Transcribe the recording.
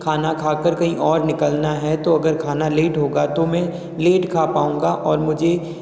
खाना खाकर कहीं और निकलना है तो अगर खाना लेट होगा तो मैं लेट खा पाउँगा और मुझे